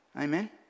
Amen